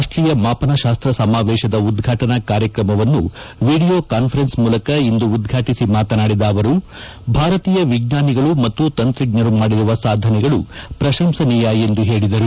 ರಾಷ್ಟ್ರೀಯ ಮಾಪನಶಾಸ್ತ್ರ ಸಮಾವೇಶದ ಉದ್ವಾಟನಾ ಕಾರ್ಯಕ್ರಮವನ್ನು ವಿಡಿಯೋ ಕಾನ್ವರೆನ್ಸ್ ಮೂಲಕ ಇಂದು ಉದ್ಘಾಟಿಸಿ ಮಾತನಾಡಿದ ಅವರು ಭಾರತೀಯ ವಿಜ್ಞಾನಿಗಳು ಮತ್ತು ತಂತ್ರಜ್ಞರು ಮಾಡಿರುವ ಸಾಧನೆಗಳು ಪ್ರಶಂಸನೀಯ ಎಂದು ಹೇಳಿದ್ದಾರೆ